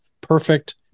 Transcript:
Perfect